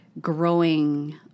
growing